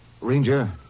Ranger